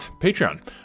Patreon